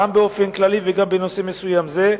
גם באופן כללי וגם בנושא מסוים זה,